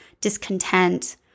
discontent